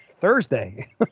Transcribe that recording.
Thursday